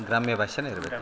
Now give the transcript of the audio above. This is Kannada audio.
ಗ್ರಾಮ್ಯ ಭಾಷೆನೇ ಇರ್ಬೇಕು